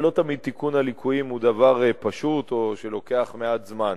ולא תמיד תיקון הליקויים הוא דבר פשוט או דבר שלוקח מעט זמן.